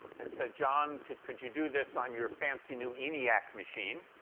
and said, john, could could you do this on your fancy new eniac machine?